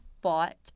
bought